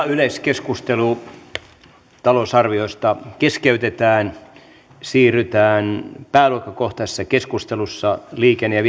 yleiskeskustelu talousarviosta keskeytetään ja siirrytään pääluokkakohtaisessa keskustelussa liikenne ja